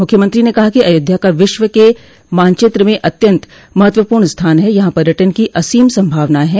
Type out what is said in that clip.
मुख्यमंत्री ने कहा कि अयोध्या का विश्व के मानचित्र में अत्यन्त महत्वपूर्ण स्थान हैं यहां पर्यटन की असीम संभावनाएं है